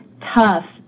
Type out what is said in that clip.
tough